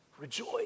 Rejoice